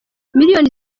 miliyoni